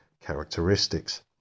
characteristics